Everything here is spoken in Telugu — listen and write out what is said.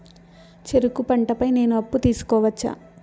చెరుకు పంట పై నేను అప్పు తీసుకోవచ్చా?